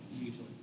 usually